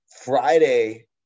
Friday